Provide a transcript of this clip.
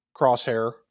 Crosshair